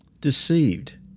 deceived